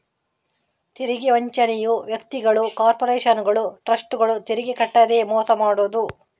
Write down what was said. ತೆರಿಗೆ ವಂಚನೆಯು ವ್ಯಕ್ತಿಗಳು, ಕಾರ್ಪೊರೇಷನುಗಳು, ಟ್ರಸ್ಟ್ಗಳು ತೆರಿಗೆ ಕಟ್ಟದೇ ಮೋಸ ಮಾಡುದು